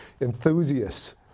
enthusiasts